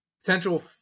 potential